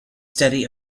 study